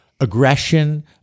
aggression